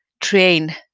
train